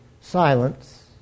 silence